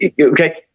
Okay